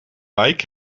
wijk